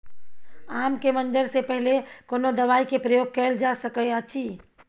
आम के मंजर से पहिले कोनो दवाई के प्रयोग कैल जा सकय अछि?